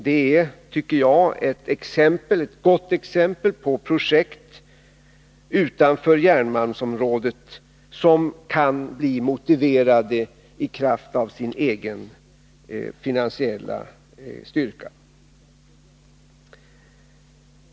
Detta projekt är ett gott exempel på projekt utanför järnmalmsområdet som kan bli motiverade i kraft av sin egen finansiella styrka.